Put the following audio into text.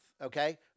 okay